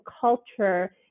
culture